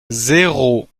zéro